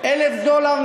1,000 דולר,